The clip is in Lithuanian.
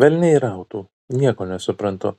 velniai rautų nieko nesuprantu